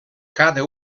cada